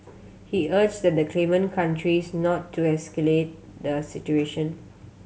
he urged the claimant countries not to escalate the situation